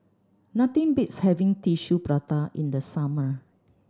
nothing beats having Tissue Prata in the summer